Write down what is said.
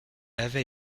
avait